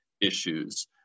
issues